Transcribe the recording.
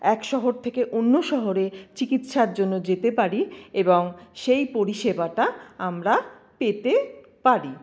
এক শহর থেকে অন্য শহরে চিকিৎসার জন্য যেতে পারি এবং সেই পরিষেবাটা আমরা পেতে পারি